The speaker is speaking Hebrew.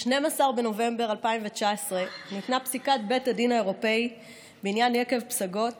ב-12 בנובמבר 2019 ניתנה פסיקת בית הדין האירופי בעניין יקב פסגות